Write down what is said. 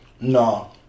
No